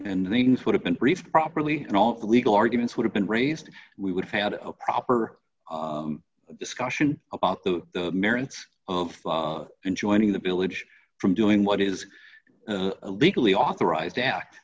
and things would have been brief properly and all the legal arguments would have been raised we would have had a proper discussion about the merits of enjoining the village from doing what is legally authorized